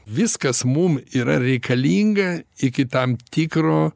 viskas mum yra reikalinga iki tam tikro